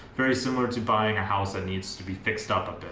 very similar to buying a house that needs to be fixed up a bit,